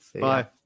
Bye